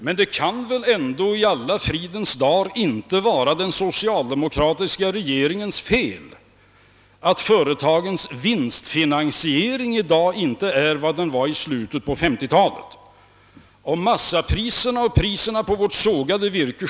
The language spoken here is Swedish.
Men det kan väl i fridens namn inte vara den socialdemokratiska regeringens fel att företagens vinstfinansiering i dag inte är vad den var i slutet av 1950-talet. Om massapriserna och priserna på vårt sågade virke.